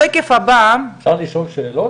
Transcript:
אפשר לשאול שאלות באמצע?